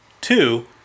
Two